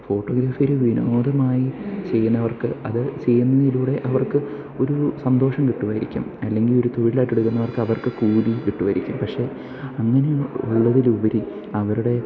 photography ഒരു വിനോദമായി ചെയ്യുന്നവർക്ക് അത് ചെയ്യുന്നതിലൂടെ അവർക്ക് ഒരു സന്തോഷം കിട്ടുമായിരിക്കും അല്ലെങ്കിൽ ഒരു തൊഴിലായിട്ട് എടുക്കുന്നവർക്ക് അവർക്ക് കൂലി കിട്ടുമായിരിക്കും പക്ഷെ അങ്ങനെ ഉള്ളതിലുപരി അവരുടെ